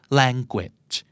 language